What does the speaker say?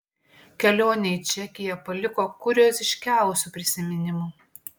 kelionė į čekiją paliko kurioziškiausių prisiminimų